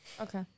Okay